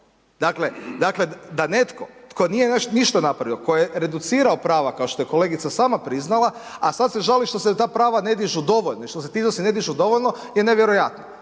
Dakle da netko tko nije ništa napravio, tko je reducirao prava kao što je kolegica sama priznala, a sad se žali što se ta prava ne dižu dovoljno i što .../Govornik se ne razumije./... ne dižu dovoljno je nevjerojatno.